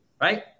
right